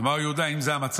אמר יהודה: אם זה המצב,